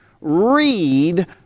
Read